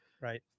right